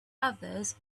others